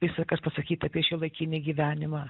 visa kas pasakyta apie šiuolaikinį gyvenimą